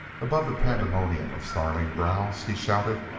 above the pandemonium of snarling growls, he shouted.